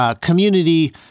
Community